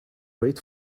wait